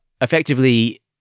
effectively